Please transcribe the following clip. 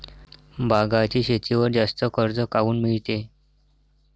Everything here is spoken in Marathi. बागायती शेतीवर जास्त कर्ज काऊन मिळते?